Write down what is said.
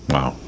Wow